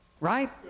Right